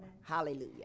Hallelujah